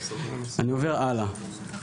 אני עובר הלאה.